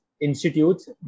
institutes